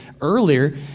earlier